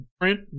print